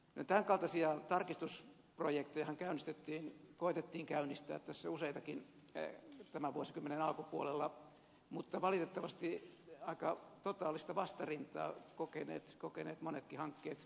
tämän kaltaisia tarkistusprojektejahan koitettiin käynnistää tässä useitakin tämän vuosikymmenen alkupuolella mutta valitettavasti aika totaalista vastarintaa ovat kokeneet monetkin hankkeet